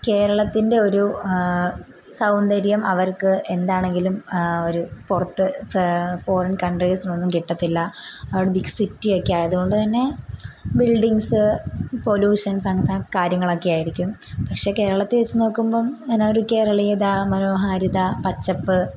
കേരളത്തിൻറ്റെ ഒരു സൗന്ദര്യം അവർക്ക് എന്താണെങ്കിലും ഒരു പുറത്ത് ഫ് ഫോറിൻ കൺട്രീസിലൊന്നും കിട്ടത്തില്ല അവിടെ ബിഗ് സിറ്റിയെക്കെ ആയതുകൊണ്ടെന്നെ ബിൽഡിംഗ്സ് പൊലൂഷൻസ് അങ്ങനത്തെ കാര്യങ്ങളൊക്കെ ആയിരിക്കും പക്ഷേ കേരളത്തെ വെച്ച്നോക്കുമ്പം അതിനൊരു കേരളീയത മനോഹാരിത പച്ചപ്പ്